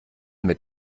mit